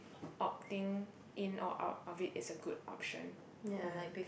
opting in or out of it is a good option